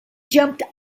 jumped